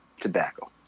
tobacco